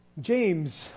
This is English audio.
James